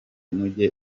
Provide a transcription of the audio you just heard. mujye